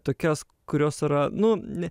tokias kurios yra nu ne